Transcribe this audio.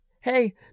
Hey